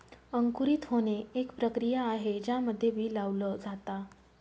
अंकुरित होणे, एक प्रक्रिया आहे ज्यामध्ये बी लावल जाता